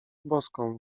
boską